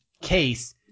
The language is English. case